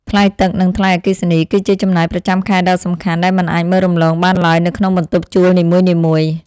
ថ្លៃទឹក និងថ្លៃអគ្គិសនីគឺជាចំណាយប្រចាំខែដ៏សំខាន់ដែលមិនអាចមើលរំលងបានឡើយនៅក្នុងបន្ទប់ជួលនីមួយៗ។